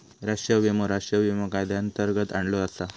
राष्ट्रीय विमो राष्ट्रीय विमा कायद्यांतर्गत आणलो आसा